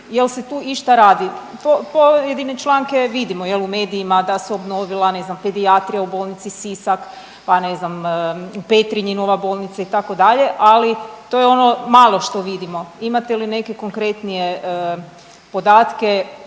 jel' se tu išta radi? Pojedine članke vidimo, jel' u medijima da se obnovila ne znam pedijatrija u bolnici Sisak, pa ne znam u Petrinji nova bolnica itd. Ali to je ono malo što vidimo. Imate li neke konkretnije podatke